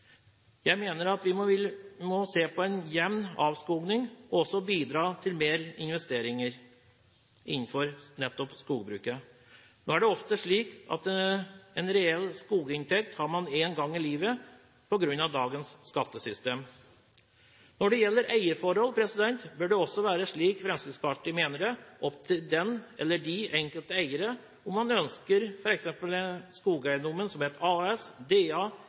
Jeg mener at vi må se på en jevn avskoging og også bidra til mer investering innenfor nettopp skogbruket. Nå er det ofte slik at en reell skoginntekt har man én gang i livet – på grunn av dagens skattesystem. Når det gjelder eierforhold, bør det også være – slik Fremskrittspartiet mener – opp til den enkelte eier eller de enkelte eiere om man ønsker f.eks. skogeiendommen som et A/S, DA